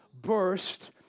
burst